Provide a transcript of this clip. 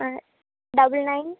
ah double nine